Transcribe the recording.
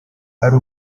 ari